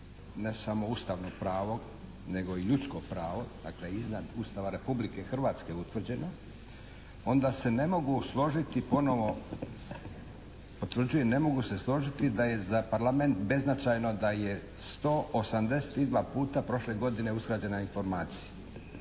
ne samo ustavno pravo nego i ljudsko pravo, dakle iznad Ustava Republike Hrvatske utvrđeno, onda se ne mogu složiti ponovo, potvrđujem ne mogu se složiti da je za parlament beznačajno da je 182 puta prošle godine uskraćena informacija.